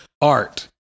Art